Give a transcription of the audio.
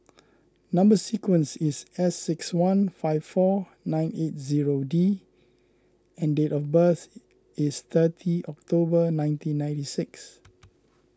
Number Sequence is S six one five four nine eight zero D and date of birth is thirty October nineteen ninety six